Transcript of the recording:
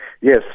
Yes